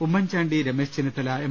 Oommen Chandy Ramesh Chennithala M